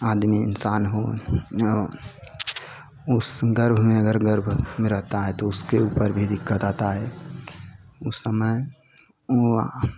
आदमी इंसान हो या उस गर्भ में अगर गर्भ में रहता है तो उसके ऊपर भी दिक्कत आता है उस समय वह